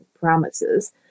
promises